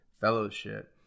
fellowship